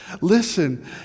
listen